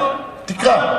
תקרא, תקרא.